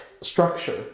structure